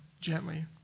gently